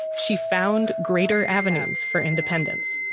she found greater avenues for independence,